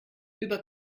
über